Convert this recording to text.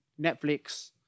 Netflix